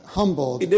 humbled